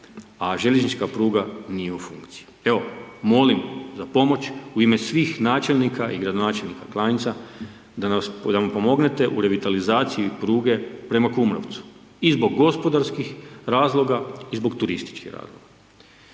a željeznička pruga nije u funkciji. Evo, molim za pomoć u ime svih načelnika i gradonačelnika Klanjca da nam pomognete u revitalizaciji pruge prema Kumrovcu i zbog gospodarskih razloga i zbog turističkih razloga.